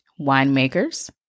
Winemakers